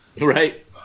Right